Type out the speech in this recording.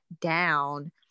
down